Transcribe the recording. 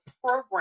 program